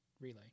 relay